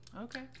Okay